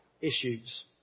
issues